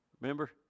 remember